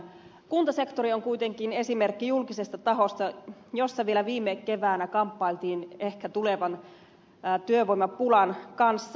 kuntasektori on kuitenkin esimerkki julkisesta tahosta missä vielä viime keväänä kamppailtiin ehkä tulevan työvoimapulan kanssa